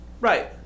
Right